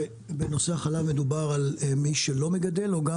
בנושא החלב מדובר על מי שלא מגדל או גם